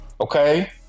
Okay